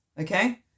okay